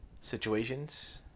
situations